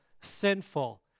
sinful